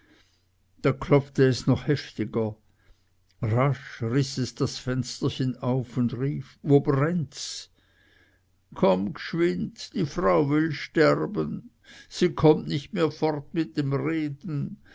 da klopfte es noch heftiger rasch riß es das fensterchen auf und rief wo brennts komm geschwind die frau will sterben sie kommt nicht mehr fort mit dem reden